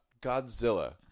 Godzilla